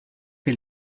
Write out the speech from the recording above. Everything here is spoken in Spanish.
que